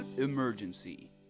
emergency